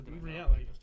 reality